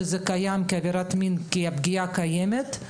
שזה קיים כעבירת מין וכי הפגיעה קיימת,